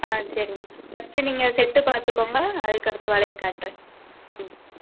ஆ சரி ma'am first நீங்கள் set பார்த்துக்கோங்க அதுக்கடுத்து வளையல் காட்டுறேன் ம்